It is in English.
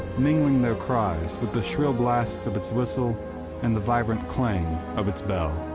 mingling their cries with the shrill blasts of its whistle and the vibrant clang of its bell.